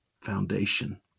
foundation